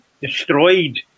destroyed